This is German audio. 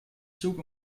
zug